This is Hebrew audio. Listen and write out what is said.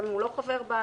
גם אם הוא לא חבר בה,